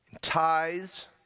Tithes